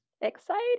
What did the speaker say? Exciting